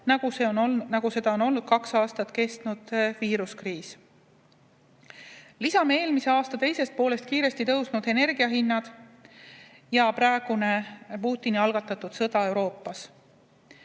nagu seda on olnud kaks aastat kestnud viiruskriis. Lisame siia eelmise aasta teisest poolest kiiresti tõusnud energiahinnad ja Putini algatatud sõja Euroopas.